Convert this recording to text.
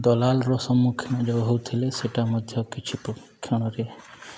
ଦଲାଲର ସମ୍ମୁଖୀନ ଯେଉଁ ହଉଥିଲେ ସେଇଟା ମଧ୍ୟ କିଛି ପ୍ରକ୍ଷଣରେ